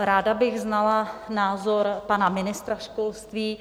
Ráda bych znala názor pana ministra školství.